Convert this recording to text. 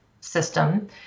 system